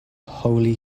holy